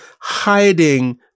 hiding